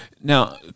Now